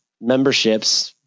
memberships